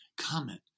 comment